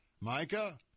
Micah